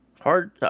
Hard